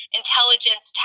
intelligence